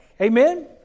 Amen